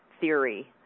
theory